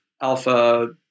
alpha